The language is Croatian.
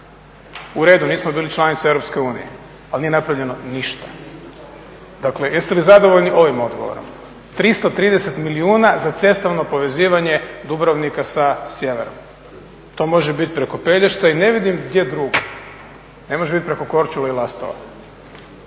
uredu nismo bili članica EU, ali nije napravljeno ništa. Dakle jeste li zadovoljni ovim odgovorom? 330 milijuna za cestovno povezivanje Dubrovnika sa sjeverom. To može biti preko Pelješca i ne vidim gdje drugo, ne može biti preko Korčule i Lastova.